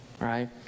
Right